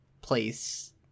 place